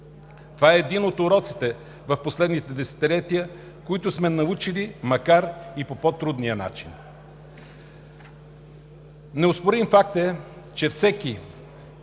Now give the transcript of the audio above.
Това е един от уроцитe в последните десетилетия, които сме научили, макар и по по трудния начин. Неоспорим факт е, че въпреки